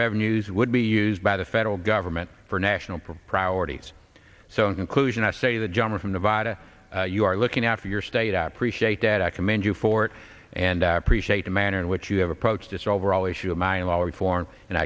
revenues would be used by the federal government for national priorities so in conclusion i say the gentleman from nevada you are looking after your state apre shape that i commend you for it and i appreciate the manner in which you have a